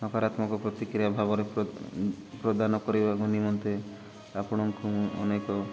ନକାରାତ୍ମକ ପ୍ରତିକ୍ରିୟା ଭାବରେ ପ୍ର ପ୍ରଦାନ କରିବା ନିମନ୍ତେ ଆପଣଙ୍କୁ ମୁଁ ଅନେକ